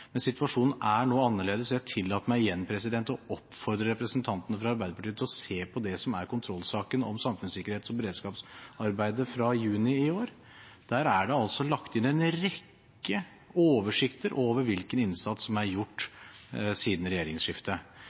Situasjonen er nå annerledes. Jeg tillater meg igjen å oppfordre representantene fra Arbeiderpartiet til å se på kontrollsaken om samfunnssikkerhets- og beredskapsarbeidet fra juni i år. Der er det lagt inn en rekke oversikter over hvilken innsats som er gjort siden regjeringsskiftet.